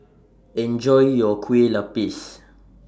Enjoy your Kueh Lapis